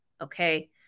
okay